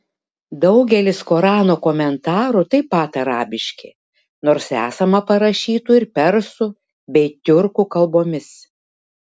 daugelis korano komentarų taip pat arabiški nors esama parašytų ir persų bei tiurkų kalbomis